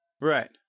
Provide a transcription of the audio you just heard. Right